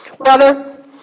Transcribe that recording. Brother